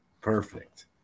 Perfect